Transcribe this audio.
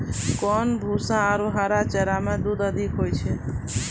कोन भूसा आरु हरा चारा मे दूध अधिक होय छै?